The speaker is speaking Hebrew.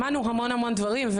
שמענו המון דברים,